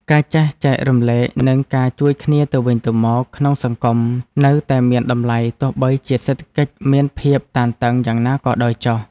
ការចេះចែករំលែកនិងការជួយគ្នាទៅវិញទៅមកក្នុងសង្គមនៅតែមានតម្លៃទោះបីជាសេដ្ឋកិច្ចមានភាពតានតឹងយ៉ាងណាក៏ដោយចុះ។